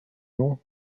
non